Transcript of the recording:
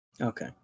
Okay